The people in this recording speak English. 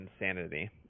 insanity